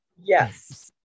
Yes